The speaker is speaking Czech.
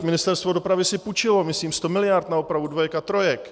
Vždyť Ministerstvo dopravy si půjčilo myslím sto miliard na opravu dvojek a trojek.